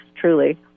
truly